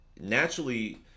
naturally